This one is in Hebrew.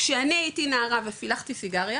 כשאני הייתי נערה ופילחתי סיגריה,